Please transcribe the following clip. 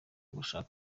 gufasha